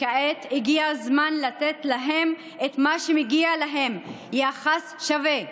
וכעת הגיע הזמן לתת להם את מה שמגיע להם: יחס שווה.